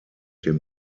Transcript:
dem